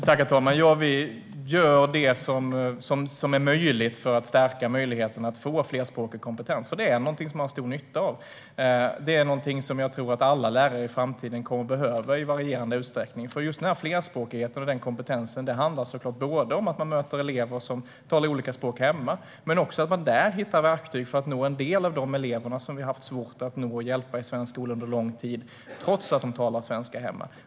Herr talman! Vi gör det som är möjligt för att stärka möjligheten att få flerspråkig kompetens. Det är något som man har stor nytta av. Jag tror att alla lärare kommer att behöva det, i varierande utsträckning, i framtiden. Flerspråkighet och den kompetensen handlar om att man möter elever som talar olika språk hemma men också om att man där kan hitta verktyg för att nå en del av de elever som vi under lång tid har haft svårt att nå och hjälpa i svensk skola, trots att de talar svenska hemma.